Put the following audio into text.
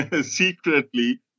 secretly